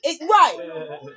Right